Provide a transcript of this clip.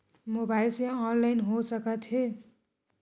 Mobile से online हो सकत हे?